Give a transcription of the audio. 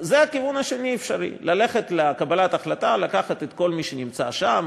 זה הכיוון האפשרי השני: ללכת לקבלת החלטה לקחת את כל מי שנמצא שם,